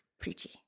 preachy